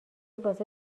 واسه